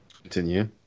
Continue